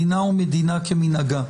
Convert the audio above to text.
מדינה ומדינה כמנהגה,